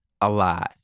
alive